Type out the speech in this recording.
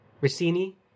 Rossini